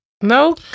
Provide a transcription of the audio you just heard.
No